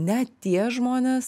net tie žmonės